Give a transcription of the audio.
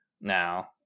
now